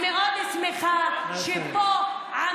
חברת הכנסת, תודה רבה.